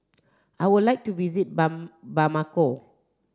I would like to visit Bamako